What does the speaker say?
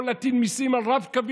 או להטיל מיסים על רב-קו,